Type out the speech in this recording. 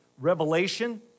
revelation